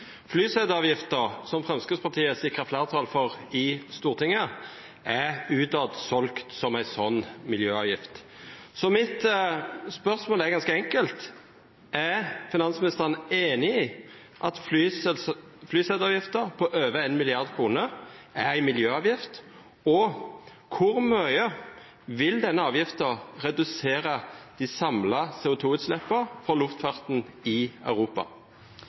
som Fremskrittspartiet sikret flertall for i Stortinget, er utad solgt som en slik miljøavgift. Mitt spørsmål er ganske enkelt: Er finansministeren enig i at flyseteavgiften på over 1 mrd. kr er en miljøavgift, og hvor mye vil denne avgiften redusere de samlede CO2-utslippene fra luftfarten i Europa?